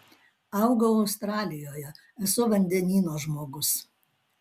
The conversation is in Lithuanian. augau australijoje esu vandenyno žmogus